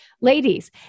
ladies